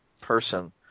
person